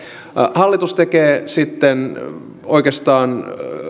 hallitus tekee sitten oikeastaan